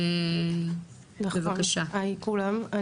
היי לכולם,